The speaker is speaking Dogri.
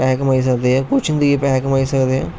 पैसे कमाई सकदे ऐ कोचिंग देइयै पेसे कमाई सकदे